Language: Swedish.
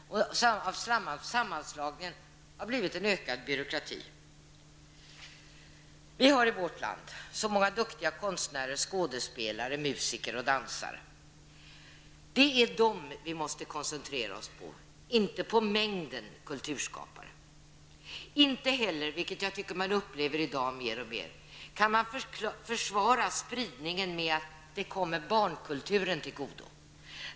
Sammanslagningen har i realiteten blivit en ökad byråkrati. I vårt land finns många duktiga konstnärer, skådespelare, musiker och dansare. Det är dessa vi måste koncentrera oss på och inte på mängden kulturskapare. Inte heller, vilket jag tycker man upplever alltmer, kan man försvara spridningen med att det kommer barnkulturen till godo.